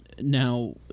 Now